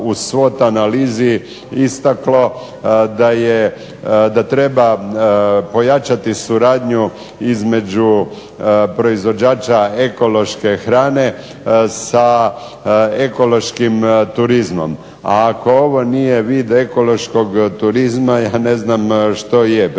uz svot analizi istaklo da treba pojačati suradnju između proizvođača ekološke hrane, sa ekološkim turizmom . Ako ovo nije vid ekološkog turizma ja ne znam što je, prema tome,